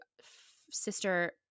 sister